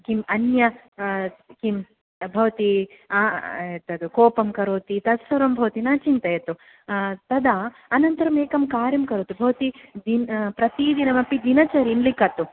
किम् अन्य किं भवती एतत् कोपं करोति तत्सर्वं भवती न चिन्तयतु तदा अनन्तरमेकं कार्यं करोतु भवती दिन प्रतिदिनमपि दिनचरीं लिखतु